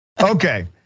Okay